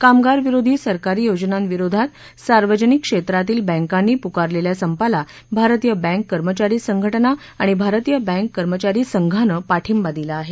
कामगार विरोधी सरकारी योजनांविरोधात सार्वजनिक क्षेत्रातील बक्तिनी पुकारलेल्या संपाला भारतीय बँक कर्मचारी संघटना आणि भारतीय बक्तिकर्मचारी संघाने पाठिंबा दिला आहे